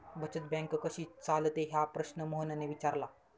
बचत बँक कशी चालते हा प्रश्न मोहनने विचारला?